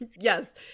yes